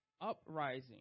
uprising